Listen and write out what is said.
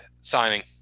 signing